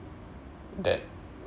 that